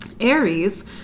aries